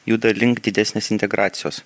juda link didesnės integracijos